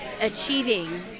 achieving